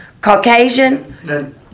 Caucasian